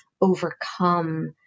overcome